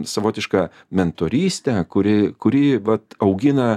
savotišką mentorystę kuri kuri vat augina